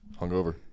hungover